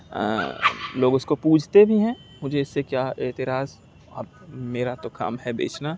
لوگ اس کو پوجتے بھی ہیں مجھے اس سے کیا اعتراض اب میرا تو کام ہے بیچنا